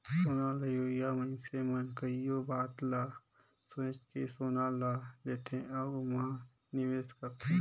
सोना लेहोइया मइनसे मन कइयो बात ल सोंएच के सोना ल लेथे अउ ओम्हां निवेस करथे